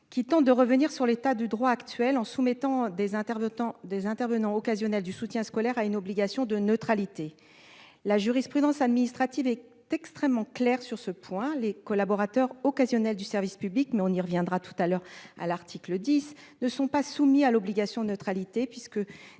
tend à revenir sur le droit en vigueur en soumettant des intervenants occasionnels du soutien scolaire à une obligation de neutralité. La jurisprudence administrative est extrêmement claire sur ce point : les collaborateurs occasionnels du service public- nous y reviendrons lors de l'examen de l'article 10 -ne sont pas soumis à l'obligation de neutralité, puisque